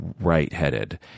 right-headed